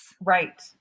Right